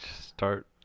start